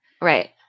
Right